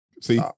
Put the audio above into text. See